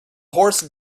horse